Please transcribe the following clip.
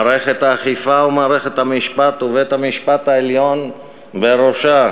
מערכת האכיפה ומערכת המשפט ובית-המשפט העליון בראשה.